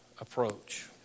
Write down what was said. approach